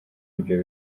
ibyo